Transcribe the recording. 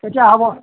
তেতিয়া হ'ব